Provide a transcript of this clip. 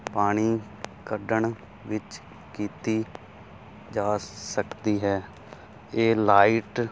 ਪਾਣੀ ਕੱਢਣ ਵਿੱਚ ਕੀਤੀ ਜਾ ਸਕਦੀ ਹੈ ਇਹ ਲਾਈਟ